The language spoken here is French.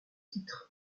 titres